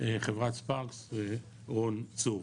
חברת ספארקס, רון צור,